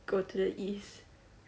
go to the east